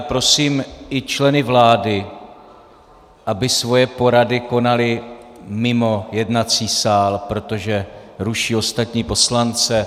Prosím i členy vlády, aby svoje porady konali mimo jednací sál, protože ruší ostatní poslance.